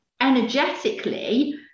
energetically